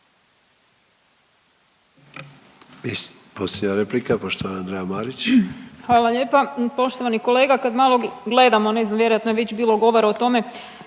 I posljednja replika poštovana Andreja Marić. **Marić, Andreja (SDP)** Hvala vam lijepa. Poštovani kolega kad malo gledamo, ne znam vjerojatno je već bilo govora o tome